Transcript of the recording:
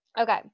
Okay